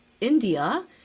India